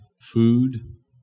food